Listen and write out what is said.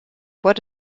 what